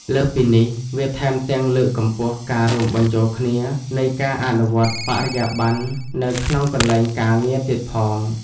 លើសពីនេះ វាថែមទាំងលើកកម្ពស់ការរួមបញ្ចូលគ្នានៃការអនុវត្តន៍បរិយាប័ន្ននៅក្នុងកន្លែងការងារទៀតផង។